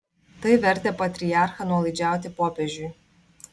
tai vertė patriarchą nuolaidžiauti popiežiui